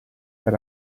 per